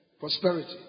Prosperity